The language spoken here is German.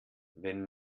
wenn